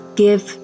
give